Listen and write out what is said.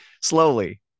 slowly